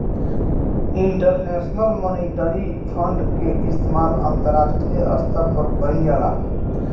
international monetary fund के इस्तमाल अंतरराष्ट्रीय स्तर पर कईल जाला